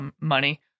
money